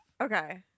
Okay